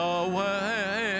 away